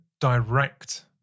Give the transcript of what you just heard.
direct